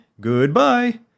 goodbye